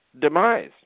demise